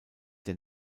der